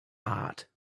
art